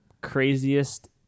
craziest